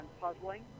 Puzzling